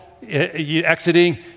exiting